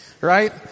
right